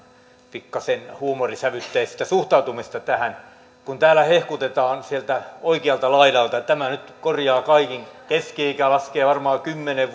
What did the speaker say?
pikkasen huumorinsävytteisestä suhtautumisesta tähän kun täällä hehkutetaan sieltä oikealta laidalta että tämä nyt korjaa kaiken keski ikä laskee varmaan kymmenen